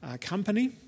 company